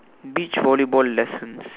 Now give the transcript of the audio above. beach volleyball lessons